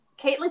Caitlin